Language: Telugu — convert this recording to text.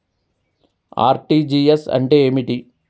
ఆర్.టి.జి.ఎస్ అంటే ఏమిటి?